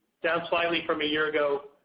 down slightly from a year ago,